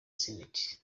senate